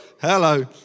hello